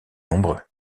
nombreux